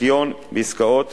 ניכיון בעסקאות